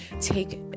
take